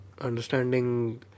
understanding